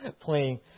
playing